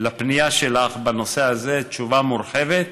הפנייה שלך בנושא הזה, תשובה מורחבת,